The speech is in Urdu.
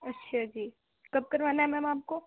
اچھا جی کب کروانا ہے میم آپ کو